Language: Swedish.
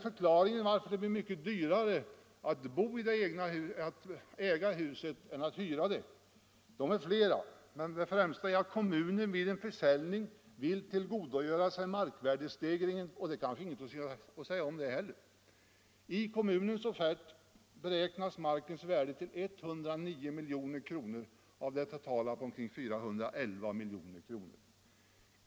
Förklaringarna till att det blir mycket dyrare att äga huset än att hyra det är flera, men den främsta är att kommunen vid en försäljning vill tillgodogöra sig markvärdestegringen. Det är kanske inte heller så mycket att säga om det. I kommunens offert beräknas markens värde till 109 milj.kr. av det totala beloppet på omkring 411 milj.kr.